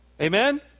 Amen